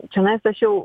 čionais aš jau